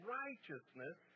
righteousness